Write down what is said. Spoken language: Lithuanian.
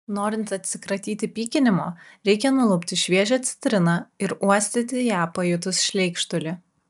norint atsikratyti pykinimo reikia nulupti šviežią citriną ir uostyti ją pajutus šleikštulį